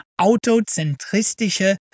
autozentristische